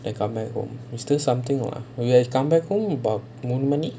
then come back home is still something [what] or you have come back home about no money